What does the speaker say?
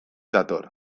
dator